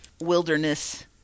wilderness